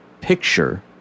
picture